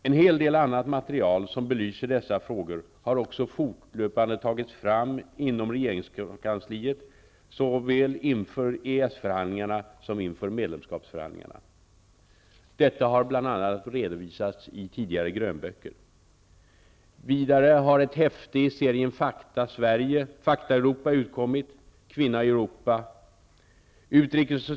En hel del annat material som belyser dessa frågor har också fortlöpande tagits fram inom regeringskansliet såväl inför EES-förhandlingarna som inför medlemskapsförhandlingarna. Detta har bl.a. redovisats i tidigare grönböcker.